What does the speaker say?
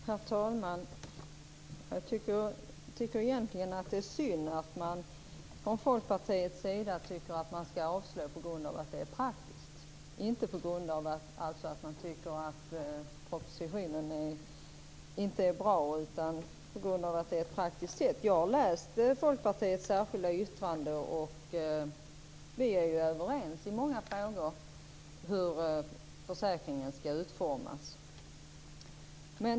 Herr talman! Jag tycker egentligen att det är synd att man från Folkpartiets sida tycker att man skall avstyrka på grund av att det är praktiskt, inte på grund av att man tycker att propositionen inte är bra, utan på grund av att det är praktiskt. Jag har läst Folkpartiets särskilda yttrande, och vi är överens i många frågor om hur försäkringen skall utformas.